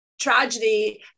tragedy